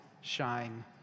shine